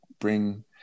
bring